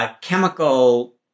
chemical